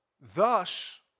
Thus